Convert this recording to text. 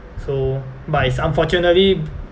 so but it's unfortunately